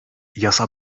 yasa